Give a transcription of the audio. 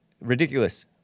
Ridiculous